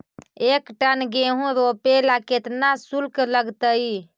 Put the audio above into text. एक टन गेहूं रोपेला केतना शुल्क लगतई?